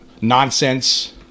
nonsense